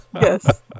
yes